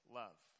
love